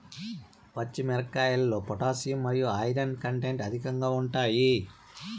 పచ్చి మిరపకాయల్లో పొటాషియం మరియు ఐరన్ కంటెంట్ అధికంగా ఉంటాయి